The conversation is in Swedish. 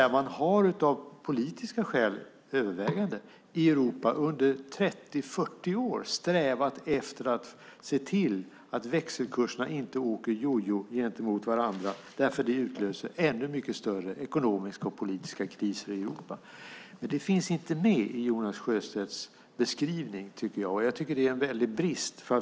Man har, övervägande av politiska skäl, i Europa under 30-40 år strävat efter att se till att växelkurserna inte åker jojo gentemot varandra, för det utlöser ännu större ekonomiska och politiska kriser i Europa, men det finns inte med i Jonas Sjöstedts beskrivning, och jag tycker att det är en väldig brist.